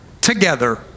together